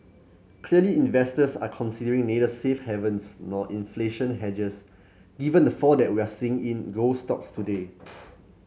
clearly investors are considering neither safe havens nor inflation hedges given the fall that we're seeing in gold stocks today